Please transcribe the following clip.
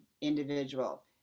individual